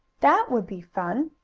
that would be fun!